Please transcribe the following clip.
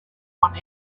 one